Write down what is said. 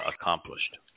accomplished